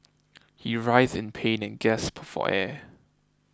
he writhed in pain and gasped for air